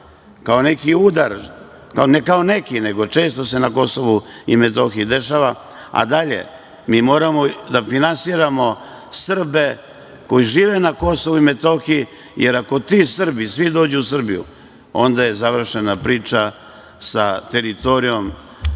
je neki udar, ne neki, nego često se na Kosovu i Metohiji dešava, mi moramo da finansiramo Srbe koji žive na Kosovu i Metohiji, jer ako ti Srbi svi dođu u Srbiju, onda je završena priča sa teritorijom koja